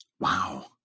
Wow